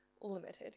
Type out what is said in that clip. limited